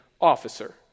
officer